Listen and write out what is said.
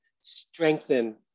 strengthen